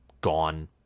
gone